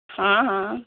ہاں ہاں